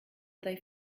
they